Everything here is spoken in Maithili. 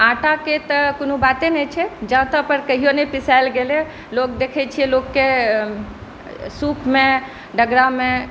आटाकें तऽ कोनो बाते नहि छै जाताँ पर कहियो नहि पिसायल गेलै लोक देख़ै छियै लोककेॅं सूपमे डगरामे